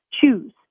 choose